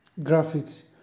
graphics